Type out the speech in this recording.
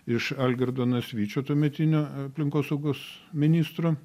iš algirdo nasvyčio tuometinio aplinkosaugos ministro